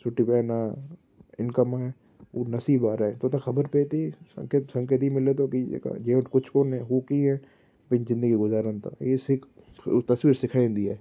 सुठी करे न इंकम आहे उहा नसीबु वारा आहे छो त ख़बर पए थी संकेत संकेत ई मिले थो की जेका जंहिं वटि कुझु कोन्हे हू कीअं पंहिंजी ज़िंदगी गुज़ारनि था त इहे सीख उहा तस्वीर सेखारींदी आहे